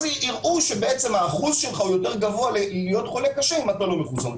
יראו שבעצם האחוז שלך הוא יותר גבוה להיות חולה קשה אם אתה לא מחוסן.